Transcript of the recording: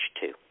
two